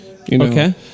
Okay